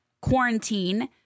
quarantine